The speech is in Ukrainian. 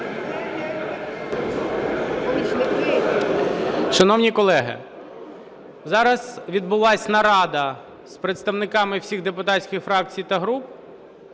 Шановні колеги, зараз відбулась нарада з представниками всіх депутатських фракцій та груп.